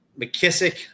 McKissick